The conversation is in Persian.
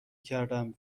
کردم